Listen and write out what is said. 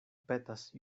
petas